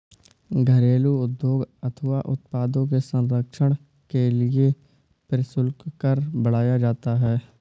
घरेलू उद्योग अथवा उत्पादों के संरक्षण के लिए प्रशुल्क कर बढ़ाया जाता है